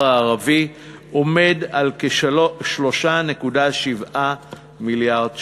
הערבי עומד על כ-3.7 מיליארד שקלים.